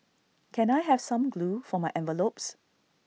can I have some glue for my envelopes